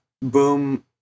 boom